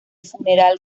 funeral